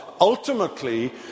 Ultimately